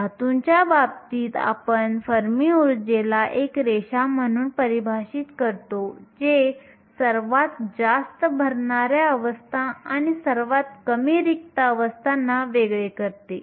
धातूच्या बाबतीत आपण फर्मी ऊर्जेला एक रेषा म्हणून परिभाषित करतो जे सर्वात जास्त भरणाऱ्या अवस्था आणि सर्वात कमी रिक्त अवस्थाना वेगळे करते